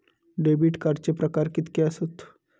Debit कार्डचे प्रकार कीतके आसत?